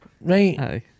right